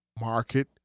market